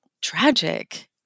tragic